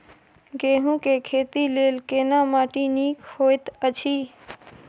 गेहूँ के खेती लेल केना माटी नीक होयत अछि?